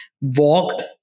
walked